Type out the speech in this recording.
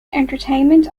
entertainment